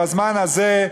בזמן הזה,